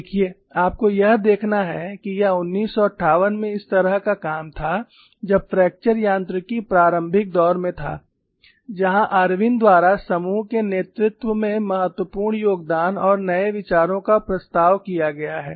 देखिए आपको यह देखना है कि यह 1958 में इस तरह का काम था जब फ्रैक्चर यांत्रिकी प्रारंभिक दौर में था जहां इरविन द्वारा समूह के नेतृत्व में महत्वपूर्ण योगदान और नए विचारों का प्रस्ताव किया गया है